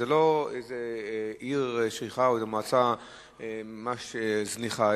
זאת לא עיר נשכחת או מועצה ממש זניחה,